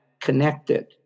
connected